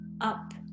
up